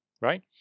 right